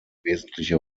wesentliche